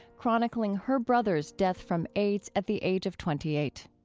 chronicling her brother's death from aids at the age of twenty eight